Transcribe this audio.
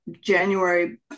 January